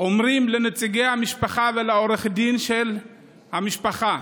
אומרים לנציגי המשפחה ולעורך דין של המשפחה: